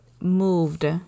moved